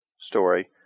story